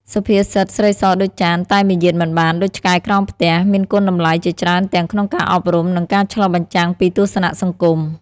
សុភាសិត "ស្រីសដូចចាន តែមាយាទមិនបានដូចឆ្កែក្រោមផ្ទះ" មានគុណតម្លៃជាច្រើនទាំងក្នុងការអប់រំ និងការឆ្លុះបញ្ចាំងពីទស្សនៈសង្គម។